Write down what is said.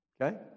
okay